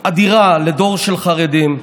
אדירה לדור של חרדים,